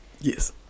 yes